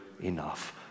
enough